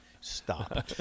Stop